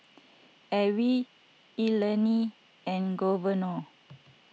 Alvie Eleni and Governor